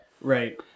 Right